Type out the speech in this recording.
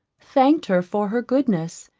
thanked her for her goodness,